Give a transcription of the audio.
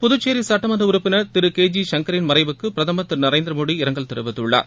புதுச்சேரி சட்டமன்ற உறுப்பினர் திரு கே ஜி சங்கரின் மறைவுக்கு பிரதமர் திரு நரேந்திர மோடி இரங்கல் தெரிவித்துள்ளார்